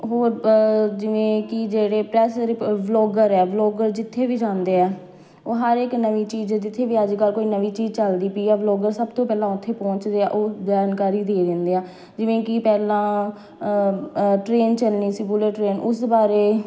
ਹੋਰ ਜਿਵੇਂ ਕਿ ਜਿਹੜੇ ਪ੍ਰੈੱਸ ਰ ਵਲੋਗਰ ਆ ਵਲੋਗਰ ਜਿੱਥੇ ਵੀ ਜਾਂਦੇ ਆ ਉਹ ਹਰ ਇੱਕ ਨਵੀਂ ਚੀਜ਼ ਹੈ ਜਿੱਥੇ ਵੀ ਅੱਜ ਕੱਲ੍ਹ ਕੋਈ ਨਵੀਂ ਚੀਜ਼ ਚੱਲਦੀ ਪਈ ਆ ਵਲੋਗਰ ਸਭ ਤੋਂ ਪਹਿਲਾਂ ਉੱਥੇ ਪਹੁੰਚਦੇ ਆ ਉਹ ਜਾਣਕਾਰੀ ਦੇ ਦਿੰਦੇ ਆ ਜਿਵੇਂ ਕਿ ਪਹਿਲਾਂ ਟਰੇਨ ਚਲਣੀ ਸੀ ਬੁਲੇਟ ਟਰੇਨ ਉਸ ਦੇ ਬਾਰੇ